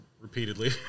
repeatedly